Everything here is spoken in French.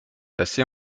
assez